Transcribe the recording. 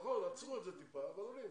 נכון, עצרו את זה טיפה, אבל עולים